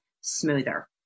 smoother